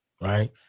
right